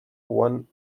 one